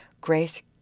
Grace